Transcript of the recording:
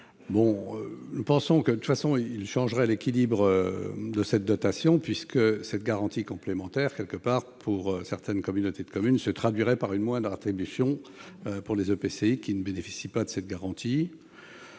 L'adoption de cet amendement changerait l'équilibre de cette dotation, puisque cette garantie complémentaire pour certaines communautés de communes se traduirait par une moindre attribution pour les EPCI ne bénéficiant pas de la garantie.